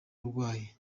urwaye